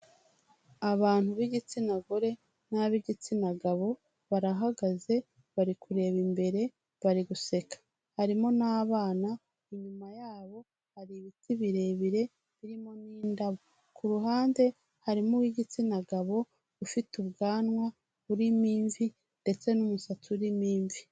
Abantu b'igitsina gore n'ab'igitsina gabo barahagaze, bari kureba imbere, bari guseka, harimo n'abana, inyuma yabo hari ibiti birebire birimo n'indabo, ku ruhande harimo uw'igitsina gabo ufite ubwanwa burimo imvi ndetse n'umusatsi urimo imvi.